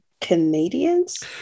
Canadians